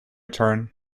turn